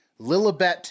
Lilibet